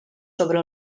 sobre